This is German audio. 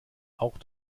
auch